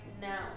now